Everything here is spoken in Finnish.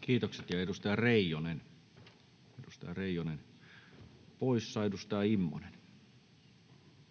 Kiitokset. — Ja edustaja Reijonen poissa. — Edustaja Immonen.